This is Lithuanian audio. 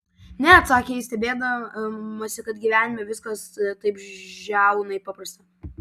ne atsakė ji stebėdamasi kad gyvenime viskas taip žiaunai paprasta